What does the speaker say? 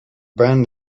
brand